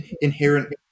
inherent